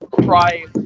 try